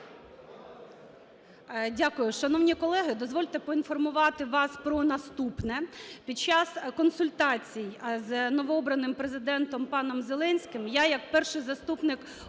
Дякую. Шановні колеги, дозвольте поінформувати вас про наступне. Під час консультацій із новообраним Президентом паном Зеленським я як Перший заступник Голови